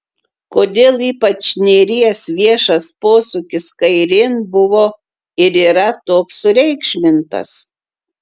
kodėl ypač nėries viešas posūkis kairėn buvo ir yra toks sureikšmintas